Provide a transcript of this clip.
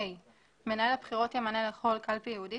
(ה)מנהל הבחירות ימנה לכל קלפי ייעודית